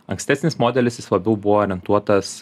ankstesnis modelis jis labiau buvo orientuotas